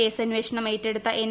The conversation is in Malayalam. കേസന്വേഷണം ഏറ്റെടുത്തഎൻ